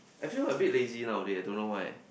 I feel a bit nowadays I don't know why